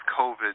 COVID